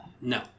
No